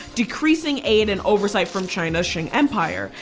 decreasing aid and oversight from china's qing empire.